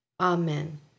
Amen